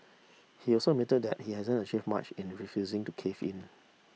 he also admitted that he hasn't achieved much in refusing to cave in